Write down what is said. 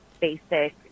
basic